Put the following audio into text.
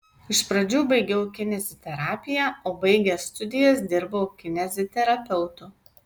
iš pradžių baigiau kineziterapiją o baigęs studijas dirbau kineziterapeutu